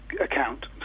account